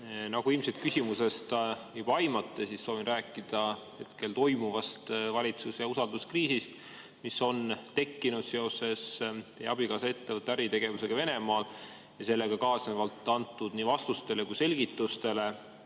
Nagu küsimusest ilmselt juba aimate, siis soovin rääkida praegu toimuvast valitsuse usalduskriisist, mis on tekkinud seoses teie abikaasa ettevõtte äritegevusega Venemaal ja sellega kaasnevalt antud nii vastustele kui ka selgitustele,